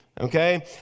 Okay